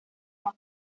más